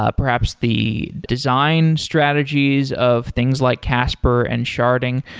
ah perhaps the design strategies of things like casper and sharding.